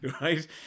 right